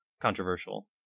controversial